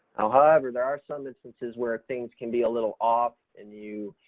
however, there are some instances where things can be a little off and you,